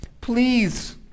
Please